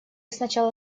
сначала